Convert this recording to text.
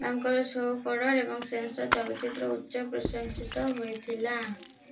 ତାଙ୍କର ସୌ କରୋଡ଼ ଏବଂ ସେନ୍ସର ଚଲଚ୍ଚିତ୍ର ଉଚ୍ଚ ପ୍ରଶଂସିତ ହୋଇଥିଲା